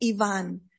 Ivan